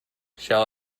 shall